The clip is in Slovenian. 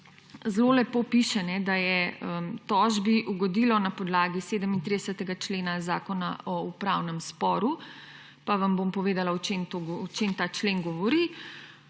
zelo lepo piše, da je tožbi ugodilo na podlagi 37. člena Zakona o upravnem sporu. Pa vam bom povedala, o čem ta člen govori.